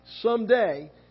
Someday